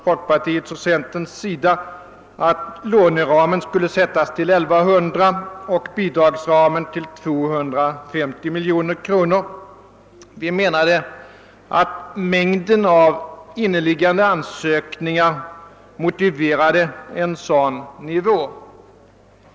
Folkpartiet och centerpartiet ansåg att låneramen skulle vara 1100 miljoner kronor och bidragsramen 250 miljoner. Vi menade att mängden av inneliggande ansökningar motiverade en sådan nivå.